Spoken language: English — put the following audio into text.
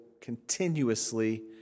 continuously